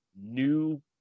new